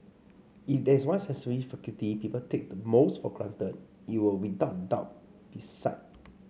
if there is one sensory faculty people take the most for granted it would without a doubt be sight